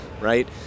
right